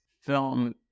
film